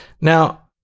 Now